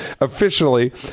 officially